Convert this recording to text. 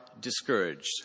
discouraged